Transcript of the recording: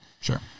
Sure